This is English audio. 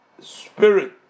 spirit